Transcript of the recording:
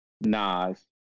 Nas